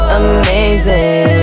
amazing